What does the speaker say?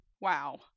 wow